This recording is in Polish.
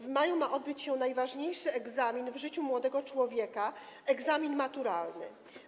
W maju ma odbyć się najważniejszy egzamin w życiu młodego człowieka, egzamin maturalny.